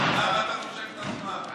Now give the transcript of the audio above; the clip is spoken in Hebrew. אז למה אתה מושך את הזמן?